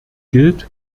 gilt